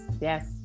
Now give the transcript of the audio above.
Yes